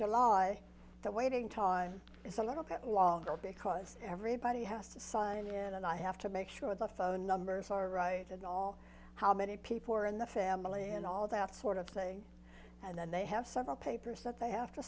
july the waiting time is a little bit longer because everybody has to sign in and i have to make sure the phone numbers are right and all how many people are in the family and all that sort of thing and then they have several papers that they have to